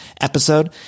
episode